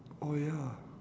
oh ya